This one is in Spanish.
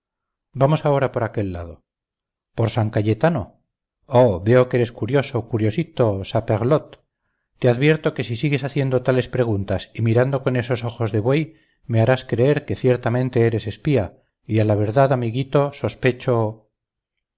vamos ahora por aquel lado por san cayetano oh veo que eres curioso curiosito saperlotte te advierto que si sigues haciendo tales preguntas y mirando con esos ojos de buey me harás creer que ciertamente eres espía y a la verdad amiguito sospecho